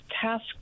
Task